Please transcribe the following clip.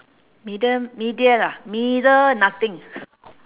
medium middle ah middle nothing